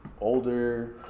older